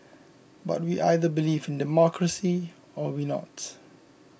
but we either believe in democracy or we not